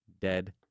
dead